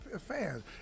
fans